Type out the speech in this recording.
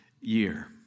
year